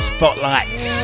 Spotlights